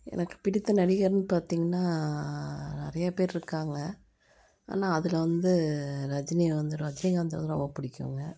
எனக்கு பிடித்த நடிகர்ன்னு பார்த்தீங்கன்னா நிறையா பேர் இருக்காங்க ஆனால் அதில் வந்து ரஜினியை வந்து ரஜினிகாந்தை வந்து ரொம்ப பிடிக்குங்க